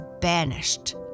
banished